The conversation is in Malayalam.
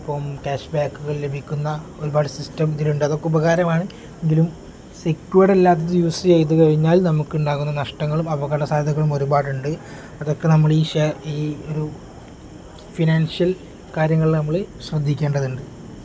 ഇപ്പം ക്യാഷ് ബാക്കുകൾ ലഭിക്കുന്ന ഒരുപാട് സിസ്റ്റം ഇതിലുണ്ട് അതൊക്കെ ഉപകാരമാണ് എങ്കിലും സെക്യുവേഡ് അല്ലാത്ത യൂസ് ചെയ്തു കഴിഞ്ഞാൽ നമുക്കുണ്ടാകുന്ന നഷ്ടങ്ങളും അപകട സാധ്യതകളും ഒരുപാടുണ്ട് അതൊക്കെ നമ്മൾ ഈ ഈ ഫിനാൻഷ്യൽ കാര്യങ്ങൾ നമ്മൾ ശ്രദ്ധിക്കേണ്ടതുണ്ട്